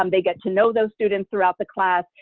um they get to know those students throughout the class.